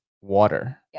water